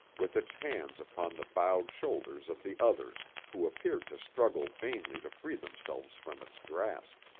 with its hands upon the bowed shoulders of the others, who appeared to struggle vainly to free themselves from its grasp.